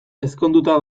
ezkonduta